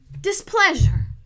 displeasure